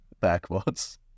backwards